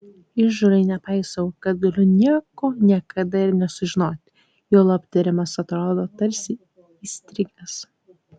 įžūliai nepaisau kad galiu nieko niekada ir nesužinoti juolab tyrimas atrodo tarsi įstrigęs